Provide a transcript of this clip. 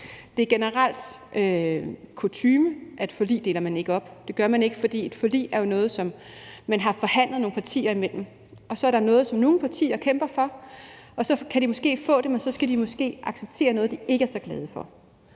Det er generelt kutyme, at man ikke deler forlig op. Det gør man ikke, fordi et forlig jo er noget, man har forhandlet nogle partier imellem, og så er der noget, som nogle partier kæmper for, og så kan de måske få det, men så skal de måske acceptere noget, de ikke er så glade for.